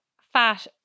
fat